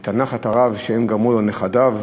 ואת הנחת הרבה שהם גרמו לו, נכדיו,